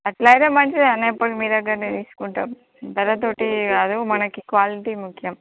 అట్లయితే మంచిదే అన్ని ఎప్పుడు మీ దగ్గరనే తీసుకుంటాము ధరతోటి కాదు మనకి క్వాలిటీ ముఖ్యం